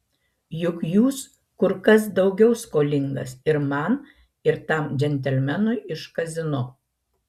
juk jūs kur kas daugiau skolingas ir man ir tam džentelmenui iš kazino